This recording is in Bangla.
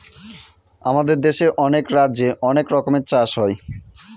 আমাদের দেশে অনেক রাজ্যে অনেক রকমের চাষ হয়